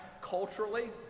culturally